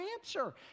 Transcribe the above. answer